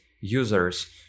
users